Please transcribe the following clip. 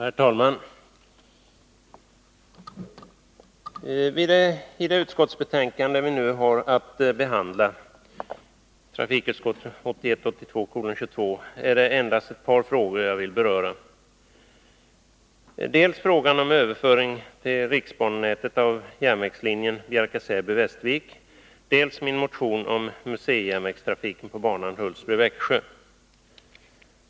Herr talman! I det betänkande som vi nu har att behandla — trafikutskottets betänkande 1981 Säby-Västervik, dels min motion om museijärnvägstrafik på banan Hultsfred-Växjö.